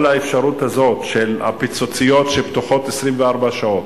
כל האפשרות הזאת של ה"פיצוציות" שפתוחות 24 שעות,